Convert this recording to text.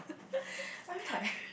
I mean like